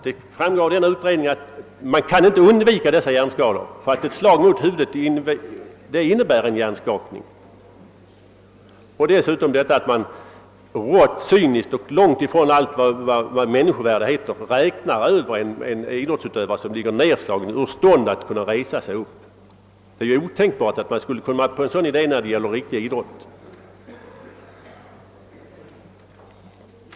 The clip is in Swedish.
Det framgår av den verkställda utredningen att hjärnskador inte kan undvikas i boxning, att ett slag mot huvudet innebär en hjärnskakning. Och dessutom räknar man i boxningen — rått, cyniskt och med bortseende från allt vad människovärde heter — över en idrottsutövare som ligger utslagen och ur stånd att resa sig. Det är otänkbart att någon skulle komma på en sådan idé när det gäller riktig idrott.